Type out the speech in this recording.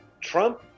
Trump